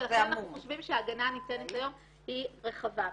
ולכן אנחנו חושבים שההגנה הניתנת היום היא רחבה מדי.